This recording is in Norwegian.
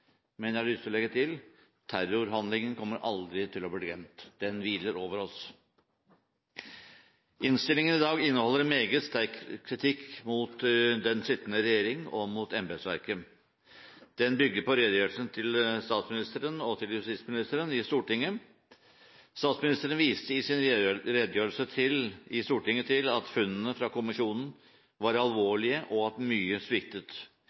men jeg har lyst til å legge til: Terrorhandlingen kommer aldri til å bli glemt. Den hviler over oss. Innstillingen i dag inneholder en meget sterk kritikk mot den sittende regjering og mot embetsverket. Den bygger på redegjørelsen til statsministeren og justisministeren i Stortinget. Statsministeren viste i sin redegjørelse i Stortinget til at funnene i kommisjonen var alvorlige og at mye sviktet.